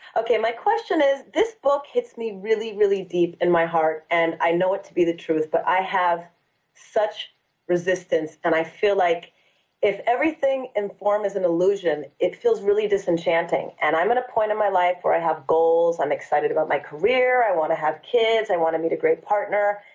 okay. my question is this book hits me really, really deep in my heart and i know it to be the truth, but i have such resistance and i feel like if everything in form is illusion it feels really disenchanting. and i'm at a point in my life where i have goals, i'm excited about my career, i want to have kids, i want to meet a great partner.